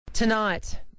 Tonight